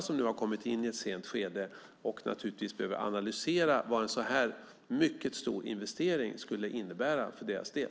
De har ju kommit in i ett sent skede och behöver naturligtvis analysera vad en så här stor investering skulle innebära för deras del.